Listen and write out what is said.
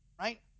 right